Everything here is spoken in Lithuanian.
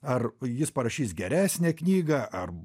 ar jis parašys geresnę knygą ar